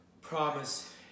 promise